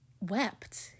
wept